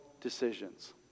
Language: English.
decisions